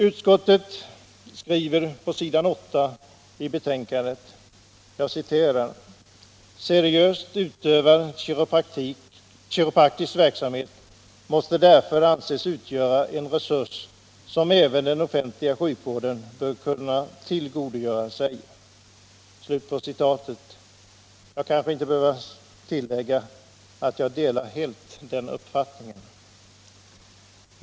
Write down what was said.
Utskottet skriver på s. 42 i betänkandet: ”Seriöst utövad kiropraktisk verksamhet måste därför anses utgöra en resurs som även den offentliga sjukvården bör kunna tillgodogöra sig.” Jag behöver väl inte säga att jag helt delar den uppfattningen.